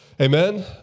amen